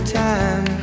time